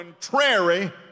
contrary